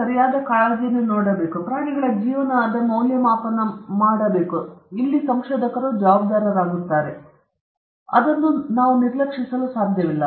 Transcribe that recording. ಸರಿಯಾದ ಕಾಳಜಿಯನ್ನು ತೆಗೆದುಕೊಳ್ಳಬೇಕು ಮತ್ತು ಪ್ರಾಣಿಗಳ ಜೀವನವನ್ನು ಮೌಲ್ಯಮಾಪನ ಮಾಡಲು ಸಂಶೋಧಕರು ಜವಾಬ್ದಾರರಾಗಿರುತ್ತಾರೆ ನಾವು ಅವರನ್ನು ನಿರ್ಲಕ್ಷಿಸಲು ಸಾಧ್ಯವಿಲ್ಲ